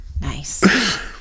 Nice